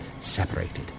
separated